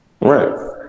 Right